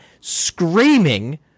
screaming